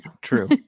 True